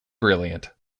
brilliant